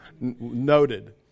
Noted